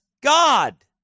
God